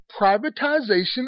privatization